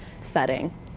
setting